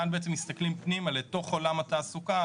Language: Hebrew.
כאן בעצם מסתכלים פנימה לתך עולם התעסוקה,